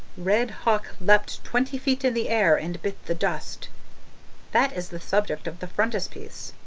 red hawk leapt twenty feet in the air and bit the dust that is the subject of the frontispiece.